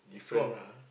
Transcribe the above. strong lah